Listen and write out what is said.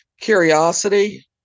Curiosity